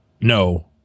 no